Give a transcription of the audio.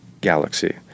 galaxy